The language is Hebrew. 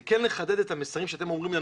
זה כן לחדד את המסרים שאתם אומרים לנו